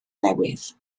newydd